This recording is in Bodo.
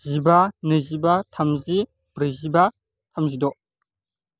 जिबा नैजिबा थामजि ब्रैजिबा थामजिद'